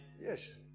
Yes